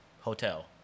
hotel